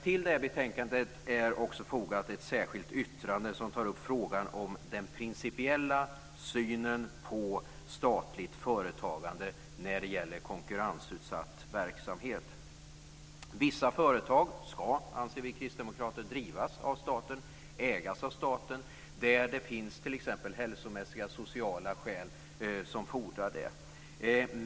Till betänkandet är fogat ett särskilt yttrande som tar upp frågan om den principiella synen på statligt företagande när det gäller konkurrensutsatt verksamhet. Vissa företag ska, anser vi Kristdemokrater, drivas av staten och ägas av staten, om det finns t.ex. hälsomässiga sociala skäl som fordrar det.